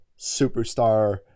superstar